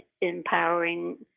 empowering